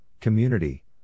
community